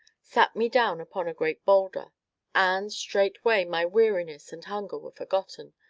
sat me down upon a great boulder and, straightway, my weariness and hunger were forgotten,